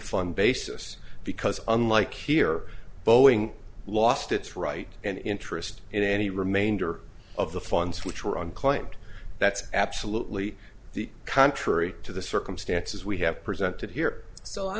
basis because unlike here boeing lost its right and interest in any remainder of the funds which were unclaimed that's absolutely the contrary to the circumstances we have presented here so i